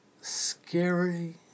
scary